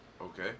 Okay